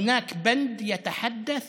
אין בה מדינה פלסטינית